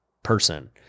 person